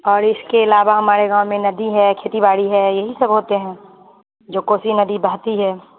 اور اس کے علاوہ ہمارے گاؤں میں ندی ہے کھیتی باڑی ہے یہی سب ہوتے ہیں جو کوسی ندی بہتی ہے